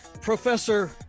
Professor